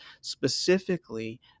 specifically